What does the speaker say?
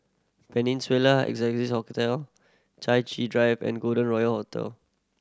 Peninsula Excelsior Hotel Chai Chee Drive and Golden Royal Hotel